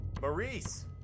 Maurice